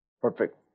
Perfect